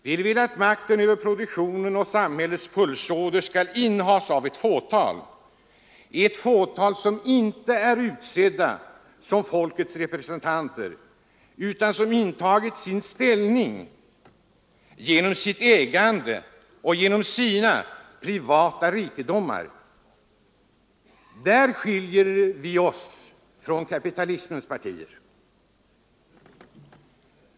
De vill att makten över produktionen — samhällslivets pulsåder — skall innehas av ett fåtal, ett fåtal personer, som inte är utsedda som folkets representanter utan som intagit sin ställning genom sitt ägande och genom sina privata rikedomar. Däri skiljer vi oss från kapitalismens partier.